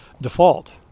default